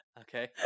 Okay